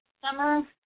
Summer